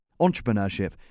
entrepreneurship